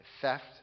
theft